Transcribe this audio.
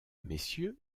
messieurs